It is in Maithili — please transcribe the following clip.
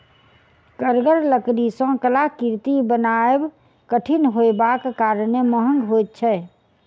कड़गर लकड़ी सॅ कलाकृति बनायब कठिन होयबाक कारणेँ महग होइत छै